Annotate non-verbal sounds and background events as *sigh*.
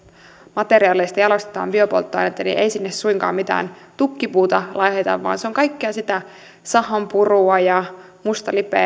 materiaaleista jalostetaan biopolttoainetta niin ei sinne suinkaan mitään tukkipuuta laiteta vaan se on kaikkea sitä sahanpurua ja mustalipeää *unintelligible*